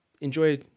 enjoy